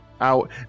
out